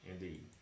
indeed